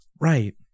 Right